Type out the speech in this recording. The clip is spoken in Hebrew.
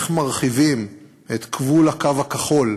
איך מרחיבים את גבול הקו הכחול,